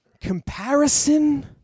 comparison